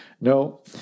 No